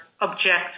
object